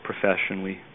professionally